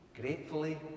gratefully